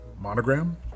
monogram